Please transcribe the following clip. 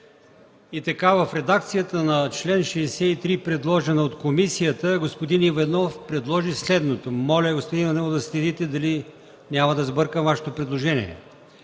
прието. В редакцията на чл. 63, предложен от комисията, господин Иванов предложи следното. Моля, господин Иванов, да следите дали няма да сбъркам нещо във Вашето предложение.